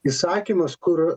įsakymas kur